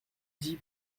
dix